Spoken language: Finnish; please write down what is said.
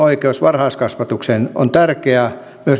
oikeus varhaiskasvatukseen on tärkeää